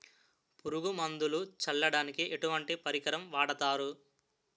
పురుగు మందులు చల్లడానికి ఎటువంటి పరికరం వాడతారు?